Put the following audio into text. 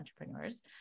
entrepreneurs